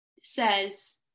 says